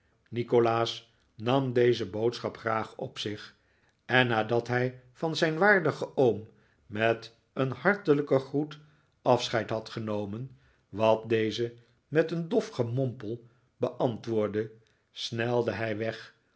nikolaas nam deze boodschap graag op zich en nadat hij van zijn waardigen oom met een hartelijken groet afscheid had genomen wat deze met een dof gemompel beantwoordde snelde hij weg